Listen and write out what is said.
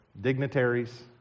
dignitaries